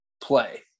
play